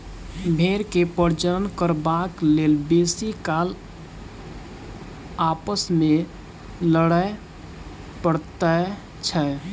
भेंड़ के प्रजनन करबाक लेल बेसी काल आपस मे लड़य पड़ैत छै